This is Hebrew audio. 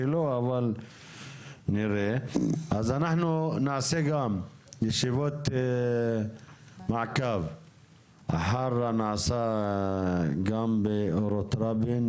אנחנו נקיים גם ישיבות מעקב אחר הנעשה באורות רבין.